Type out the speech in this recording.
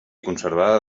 conservada